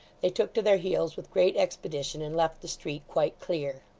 they took to their heels with great expedition, and left the street quite clear.